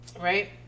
right